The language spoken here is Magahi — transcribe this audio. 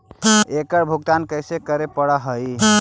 एकड़ भुगतान कैसे करे पड़हई?